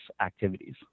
activities